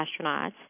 astronauts